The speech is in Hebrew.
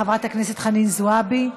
חברת הכנסת חנין זועבי,